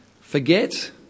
forget